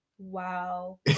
wow